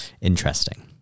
Interesting